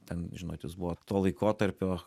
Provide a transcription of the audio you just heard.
ten žinot jis buvo to laikotarpio